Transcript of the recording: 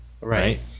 Right